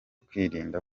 kwirinda